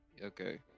Okay